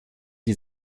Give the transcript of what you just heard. die